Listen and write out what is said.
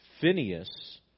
Phineas